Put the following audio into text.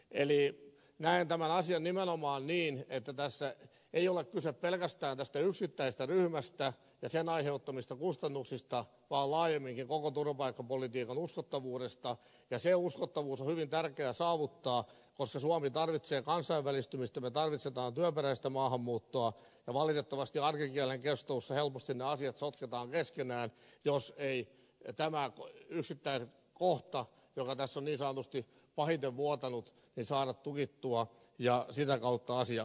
eli näen tämän asian nimenomaan niin että tässä ei ole kyse pelkästään tästä yksittäisestä ryhmästä ja sen aiheuttamista kustannuksista vaan laajemminkin koko turvapaikkapolitiikan uskottavuudesta ja se uskottavuus on hyvin tärkeä saavuttaa koska suomi tarvitsee kansainvälistymistä me tarvitsemme työperäistä maahanmuuttoa ja valitettavasti arkikielen keskusteluissa helposti ne asiat sotketaan keskenään jos ei tätä yksittäistä kohtaa joka tässä on niin sanotusti pahiten vuotanut saada tukittua ja sitä kautta asiaa hallintaan